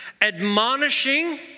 admonishing